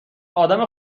آدم